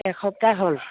এসপ্তাহ হ'ল